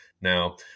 Now